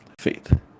faith